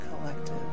collective